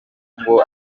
ngo